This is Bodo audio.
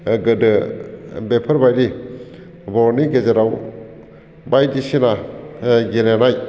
गोदो बेफोरबायदि बर'नि गेजेराव बायदिसिना गेलेनाय